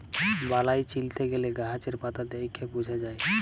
বালাই চিলতে গ্যালে গাহাচের পাতা দ্যাইখে বুঝা যায়